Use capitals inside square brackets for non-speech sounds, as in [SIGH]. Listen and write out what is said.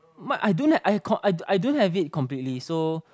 but I don't have [NOISE] I I don't have it completely so